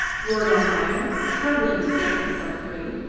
roared almayer, struggling to get himself free.